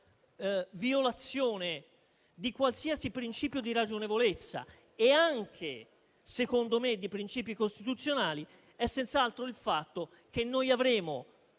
violazione di qualsiasi principio di ragionevolezza - e anche, secondo me, di principi costituzionali - è senz'altro il fatto che noi avremo